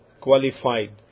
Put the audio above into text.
qualified